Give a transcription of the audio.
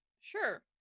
Sure